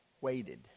waited